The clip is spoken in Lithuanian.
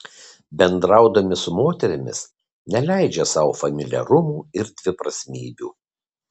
bendraudami su moterimis neleidžia sau familiarumų ir dviprasmybių